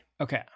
Okay